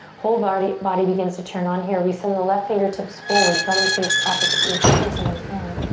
whole body body begins to turn on here, we send the left fingertips forward, thumb face up as if you're shaking someone's hand.